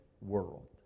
world